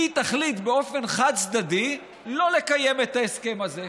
תחליט באופן חד-צדדי שלא לקיים את ההסכם הזה.